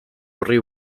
horri